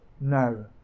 no